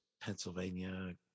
Pennsylvania